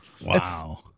Wow